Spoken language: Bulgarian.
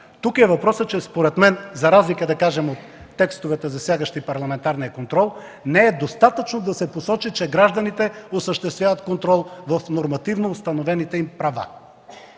Тук е въпросът, че според мен за разлика, да кажем, от текстовете, засягащи парламентарния контрол, не е достатъчно да се посочи, че гражданите осъществяват контрол в нормативно установените им права.